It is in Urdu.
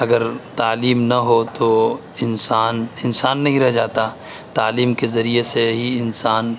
اگر تعلیم نہ ہو تو انسان انسان نہیں رہ جاتا تعلیم کے ذریعے سے ہی انسان